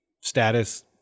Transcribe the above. status